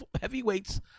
heavyweights